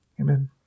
Amen